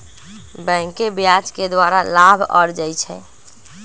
बैंके ब्याज के द्वारा लाभ अरजै छै